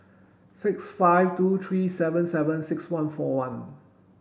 six five two three seven seven six one four one